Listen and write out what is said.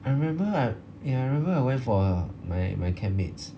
I remember I remember I went for my my campmate's